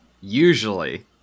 Usually